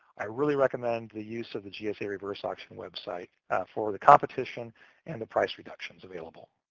i really recommend the use of the gsa reverseauction website for the competition and the price reductions available.